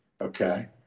Okay